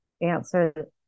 answer